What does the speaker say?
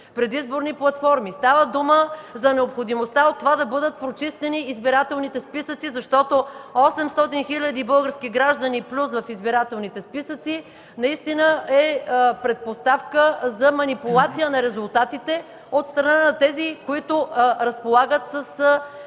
предизборни платформи. Става дума за необходимостта да бъдат прочистени избирателните списъци, защото 800 хиляди български граждани „плюс” в избирателните списъци е предпоставка за манипулация на резултатите от страна на тези, които разполагат с